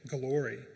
glory